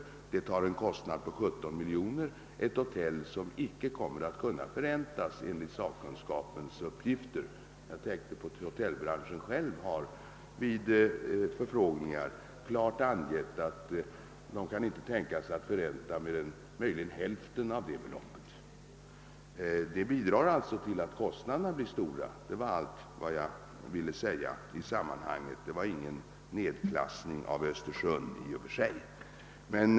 Uppförandet av ett hotell vid öÖstersund som enligt sakkunskapens uppgifter icke kommer att kunna helt förräntas drar en kostnad på 17 miljoner kronor. Representanter för hotellbranschen har vid förfrågningar klart angivit att man inte kan tänka sig att förränta mer än möjligen hälften av detta belopp. Detta bidrar alltså till att kostnaderna blir stora: Det var allt vad jag ville säga i sammanhanget, och det innebär i och för sig ingen nedklassning av Östersund.